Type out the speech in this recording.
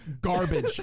Garbage